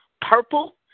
purple